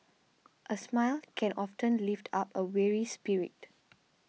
a smile can often lift up a weary spirit